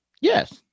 Yes